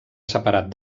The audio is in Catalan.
separat